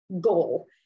goal